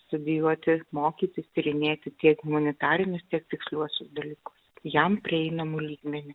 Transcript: studijuoti mokytis tyrinėti tiek humanitarinius tiek tiksliuosius dalykus jam prieinamu lygmeniu